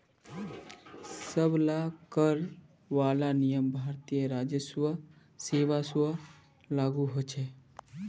सब ला कर वाला नियम भारतीय राजस्व सेवा स्व लागू होछे